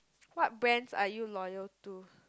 what brands are you loyal to